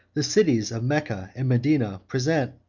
the cities of mecca and medina present,